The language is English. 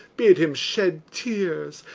bid him shed tears,